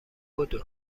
بدو